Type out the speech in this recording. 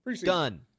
Done